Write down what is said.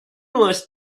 was